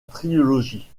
trilogie